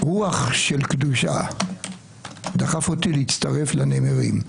רוח של קדושה דחף אותי להצטרף לנמרים,